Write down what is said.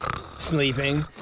sleeping